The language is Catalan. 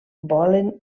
volen